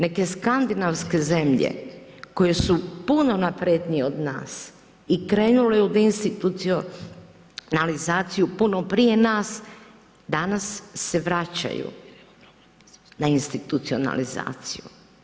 Neke skandinavske zemlje koje su puno naprednije od nas i krenule u deinstitucionalizaciju puno prije nas, danas se vraćaju na institucionalizaciju.